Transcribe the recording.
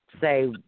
say